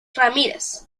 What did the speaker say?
ramírez